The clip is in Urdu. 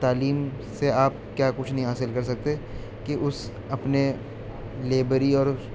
تعلیم سے آپ کیا کچھ نہیں حاصل کر سکتے کہ اس اپنے لیبری اور